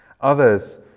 Others